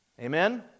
Amen